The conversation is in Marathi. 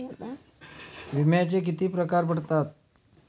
विम्याचे किती प्रकार पडतात?